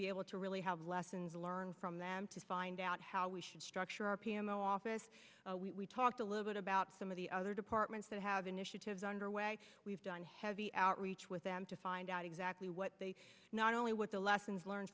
be able to really have lessons learn from them to find out how we should structure our p m o office we talked a little bit about some of the other departments that have initiatives underway we've done heavy outreach with them to find out exactly what they not only what the lessons learned